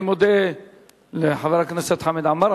אני מודה לחבר הכנסת חמד עמאר.